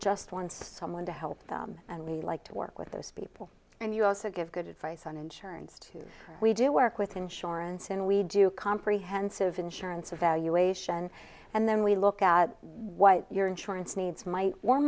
just one someone to help them and we like to work with those people and you also give good advice on insurance too we do work with insurance and we do comprehensive insurance evaluation and then we look at what your insurance needs might or